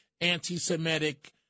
anti-Semitic